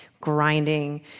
grinding